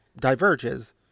diverges